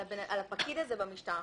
על הפקיד הזה במשטר.